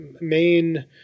main